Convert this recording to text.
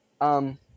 Um-